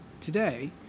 today